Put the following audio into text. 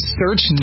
search